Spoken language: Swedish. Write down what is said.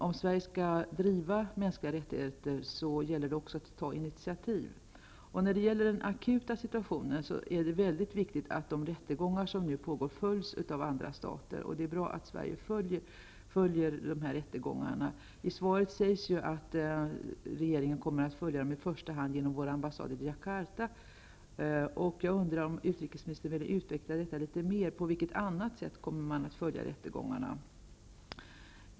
Om Sverige skall driva frågan om mänskliga rättigheter gäller det också att ta initiativ. I denna akuta situation är det väldigt viktigt att de rättegångar som pågår följs av andra stater. Det är bra att Sverige också följer dessa rättegångar. I svaret sägs att regeringen kommer att följa rättegångarna i första hand genom vår ambassad i Jakarta. Vill utrikesministern utveckla detta litet? På vilket annat sätt kommer man att följa dem?